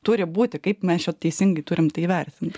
turi būti kaip mes čia teisingai turim tai vertint